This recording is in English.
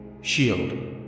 shield